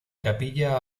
capilla